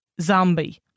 zombie